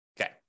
Okay